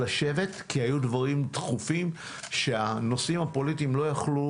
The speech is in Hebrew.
לשבת כי היו דברים דחופים שהנושאים הפוליטיים לא יכלו